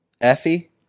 Effie